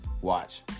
Watch